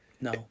No